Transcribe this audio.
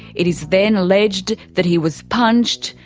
it is then alleged that he was punched,